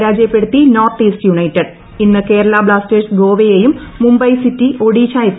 പരാജയപ്പെടുത്തി north east united ഇന്ന് Kerala blasters ഗോവയേയും മുംബൈ സിറ്റി ഒഡീഷ എഫ്